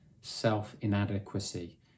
self-inadequacy